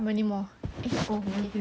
how many more eh oh